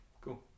cool